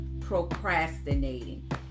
procrastinating